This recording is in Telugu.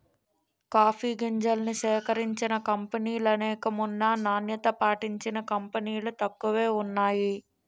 కాఫీ గింజల్ని సేకరించిన కంపినీలనేకం ఉన్నా నాణ్యత పాటించిన కంపినీలు తక్కువే వున్నాయి